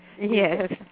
Yes